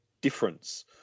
difference